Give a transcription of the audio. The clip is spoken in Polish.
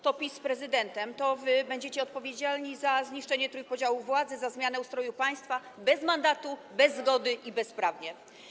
To PiS z prezydentem, to wy będziecie odpowiedzialni za zniszczenie trójpodziału władzy, za zmianę ustroju państwa bez mandatu, bez zgody i bezprawnie.